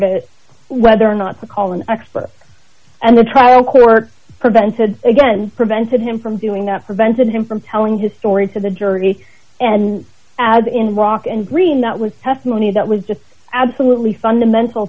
to whether or not to call an expert and the trial court prevented again prevented him from doing that prevented him from telling his story to the jury and as in rock and green that was testimony that was just absolutely fundamental